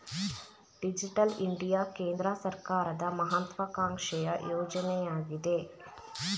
digital India ಕೇಂದ್ರ ಸರ್ಕಾರದ ಮಹತ್ವಾಕಾಂಕ್ಷೆಯ ಯೋಜನೆಯಗಿದೆ